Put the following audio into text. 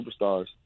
superstars